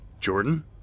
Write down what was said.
Jordan